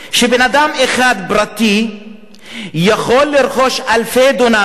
שבן-אדם אחד פרטי יכול לרכוש אלפי דונמים.